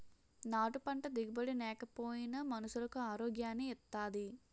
నాటు పంట దిగుబడి నేకపోయినా మనుసులకు ఆరోగ్యాన్ని ఇత్తాది